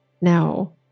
now